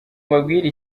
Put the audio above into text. mbabwire